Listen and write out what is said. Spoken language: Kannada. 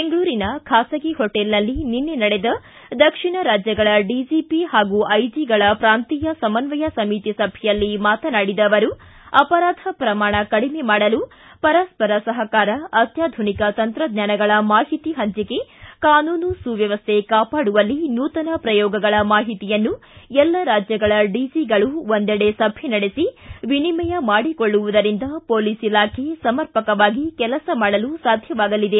ಬೆಂಗಳೂರಿನ ಖಾಸಗಿ ಹೋಟೆಲ್ನಲ್ಲಿ ನಿನ್ನೆ ನಡೆದ ದಕ್ಷಿಣ ರಾಜ್ಯಗಳ ಡಿಜಿಪಿ ಹಾಗೂ ಐಜಿಗಳ ಪ್ರಾಂತೀಯ ಸಮನ್ವಯ ಸಮಿತಿ ಸಭೆಯಲ್ಲಿ ಮಾತನಾಡಿದ ಅವರು ಅಪರಾಧ ಪ್ರಮಾಣ ಕಡಿಮೆ ಮಾಡಲು ಪರಸ್ವರ ಸಹಕಾರ ಅತ್ಯಾಧುನಿಕ ತಂತ್ರಜ್ಞಾನಗಳ ಮಾಹಿತಿ ಹಂಚಿಕೆ ಕಾನೂನು ಸುವ್ಯಮಸ್ಥೆ ಕಾಪಾಡುವಲ್ಲಿ ನೂತನ ಪ್ರಯೋಗಗಳ ಮಾಹಿತಿಯನ್ನು ಎಲ್ಲ ರಾಜ್ಯಗಳ ಡಿಜಿಗಳು ಒಂದೆಡೆ ಸಭೆ ನಡೆಸಿ ವಿನಿಮಯ ಮಾಡಿಕೊಳ್ಳುವುದರಿಂದ ಪೊಲೀಸ್ ಇಲಾಖೆ ಸಮರ್ಪಕವಾಗಿ ಕೆಲಸ ಮಾಡಲು ಸಾಧ್ಯವಾಗಲಿದೆ